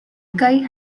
guy